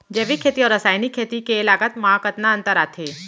जैविक खेती अऊ रसायनिक खेती के लागत मा कतना अंतर आथे?